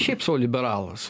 šiaip sau liberalas